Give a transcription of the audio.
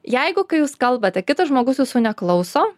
jeigu jūs kalbate kitas žmogus jūsų neklauso